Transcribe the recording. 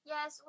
Yes